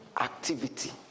Activity